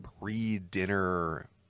pre-dinner